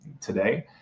today